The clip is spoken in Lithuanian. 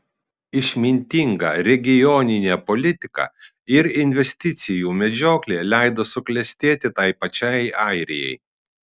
išmintinga regioninė politika ir investicijų medžioklė leido suklestėti tai pačiai airijai